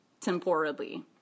temporally